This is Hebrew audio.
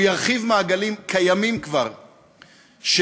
או ירחיב מעגלים קיימים של שנאה,